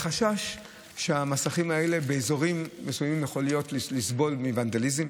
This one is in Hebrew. וחשש שהמסכים האלה באזורים מסוימים יכולים לסבול מוונדליזם.